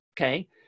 okay